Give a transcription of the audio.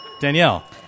Danielle